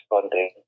funding